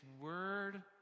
word